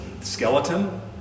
skeleton